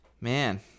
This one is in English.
Man